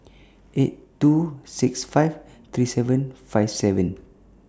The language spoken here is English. eight two six five three seven five seven